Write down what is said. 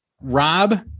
Rob